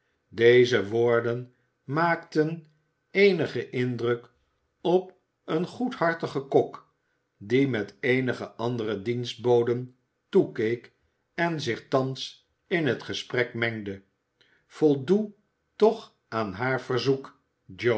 deze woorden maakten eenigen indruk op een goedhartigen kok die met eenige andere i dienstboden toekeek en zich thans in het gesprek mengde voldoe toch aan haar verzoek